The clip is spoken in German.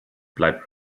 bleibt